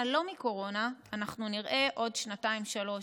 לא מקורונה אנחנו נראה עוד שנתיים-שלוש,